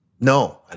No